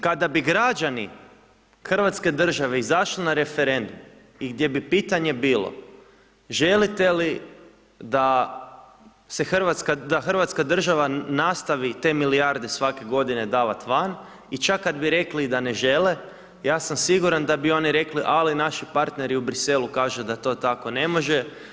Kada bi građani hrvatske države izašli na referendum i gdje bi pitanje bilo, želite li da Hrvatska država nastavi te milijarde svake godine davati van, i čak kad bi rekli i da ne žele, ja sam siguran da bi oni rekli, ali naši partneri u Bruxellesu kažu da to tako ne može.